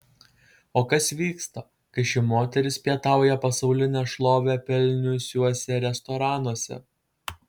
o kas vyksta kai ši moteris pietauja pasaulinę šlovę pelniusiuose restoranuose